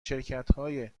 شرکتهای